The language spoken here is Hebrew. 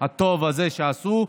הטוב הזה שהם עשו.